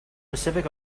pacific